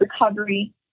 recovery